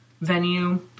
venue